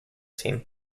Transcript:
team